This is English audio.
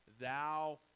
Thou